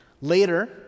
Later